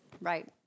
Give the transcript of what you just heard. Right